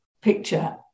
picture